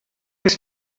his